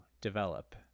develop